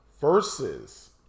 versus